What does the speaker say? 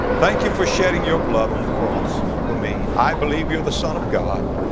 thank you for shedding your blood on the cross for me. i believe you're the son of god.